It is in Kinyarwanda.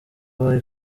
abaye